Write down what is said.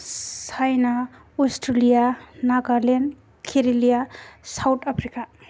China Australia Nagaland Kerala South Africa